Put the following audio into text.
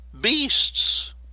beasts